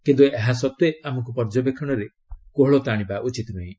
କିନ୍ତୁ ଏହା ସତ୍ତ୍ୱେ ଆମକୁ ପର୍ଯ୍ୟବେକ୍ଷଣରେ କୋହଳତା ଆଶିବା ଉଚିତ ନୁହେଁ